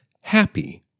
happy